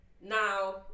now